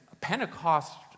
Pentecost